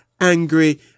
angry